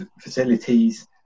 facilities